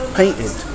painted